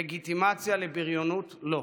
לגיטימציה לבריונות, לא.